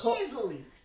Easily